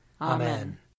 Amen